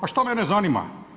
A što mene zanima?